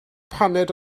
paned